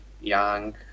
young